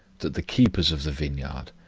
that the keepers of the vineyard,